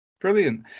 Brilliant